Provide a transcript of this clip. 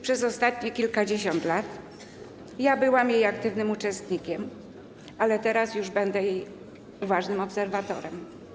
Przez ostatnie kilkadziesiąt lat byłam jej aktywnym uczestnikiem, a teraz już będę jej uważnym obserwatorem.